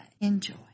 Enjoy